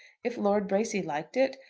if lord bracy liked it,